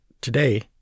today